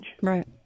Right